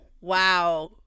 Wow